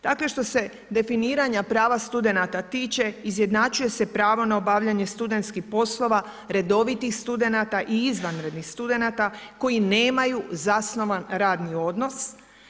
Dakle što se definiranja prava studenata tiče, izjednačuje se pravo na obavljanje studentskih poslova redovitih studenata i izvanrednih studenata koji nemaju zasnovan radni odnos.